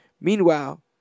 Meanwhile